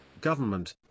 government